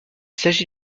s’agit